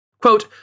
quote